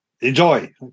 Enjoy